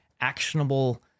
actionable